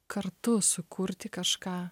kartu sukurti kažką